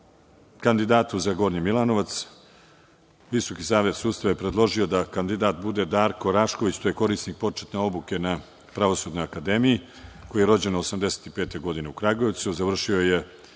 kandidatu za Gornji Milanovac, VSS je predložio da kandidat bude Darko Rašković. To je korisnik početne obuke na Pravosudnoj akademiji, koji je rođen 1985. godine u Kragujevcu.